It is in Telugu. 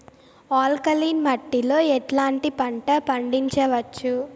ఆల్కలీన్ మట్టి లో ఎట్లాంటి పంట పండించవచ్చు,?